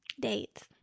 Dates